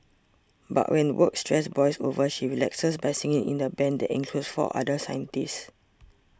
but when work stress boils over she relaxes by singing in a band that includes four other scientists